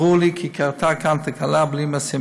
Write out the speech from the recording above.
ברור לי כי קרתה כאן תקלה בלי משים.